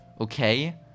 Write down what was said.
Okay